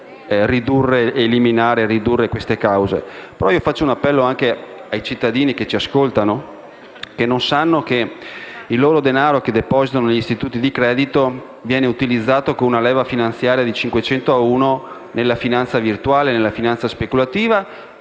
per ridurre ed eliminare tutte queste cause. Io faccio però un appello anche ai cittadini che ci ascoltano, che non sanno che il denaro che depositano negli istituti di credito viene utilizzato, con una leva finanziaria di 500 a 1, nella finanza virtuale e speculativa,